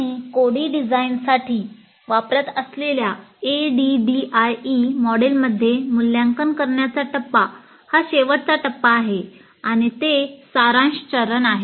आम्ही कोडी डिझाइनसाठी वापरत असलेल्या ADDIE मॉडेलमध्ये मूल्यांकन करण्याचा टप्पा हा शेवटचा टप्पा आहे आणि ते सारांश चरण आहे